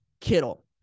Kittle